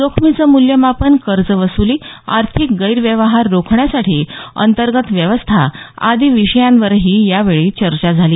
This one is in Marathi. जोखमीचं मूल्यमापन कर्जवसूली आर्थिक गैरव्यवहार रोखण्यासाठी अंतर्गत व्यवस्था इत्यादी विषयांवरही यावेळी चर्चा झाली